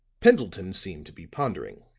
pendleton seemed to be pondering.